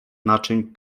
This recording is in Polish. naczyń